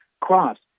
cross